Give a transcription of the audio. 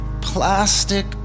plastic